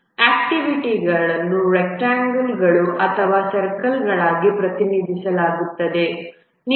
ಆಕ್ಟಿವಿಟಿಗಳನ್ನು ರೆಕ್ಟ್ಯಾಂಗ್ಲ್ ಗಳು ಅಥವಾ ಸರ್ಕಲ್ಗಳಾಗಿ ಪ್ರತಿನಿಧಿಸಲಾಗುತ್ತದೆ